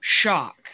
shock